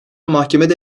mahkemede